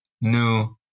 New